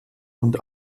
und